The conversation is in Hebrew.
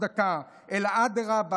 אלא אדרבה,